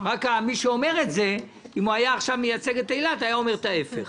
רק שאם הוא היה עכשיו מייצג את אילת הוא היה אומר את ההפך,